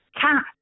cat